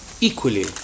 equally